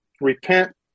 Repent